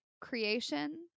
creation